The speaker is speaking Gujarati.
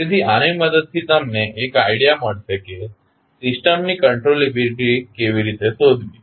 તેથી આની મદદથી તમને એક આઇડિયા મળશે કે સિસ્ટમની કંટ્રોલેબીલીટી કેવી રીતે શોધવી